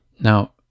Now